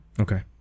Okay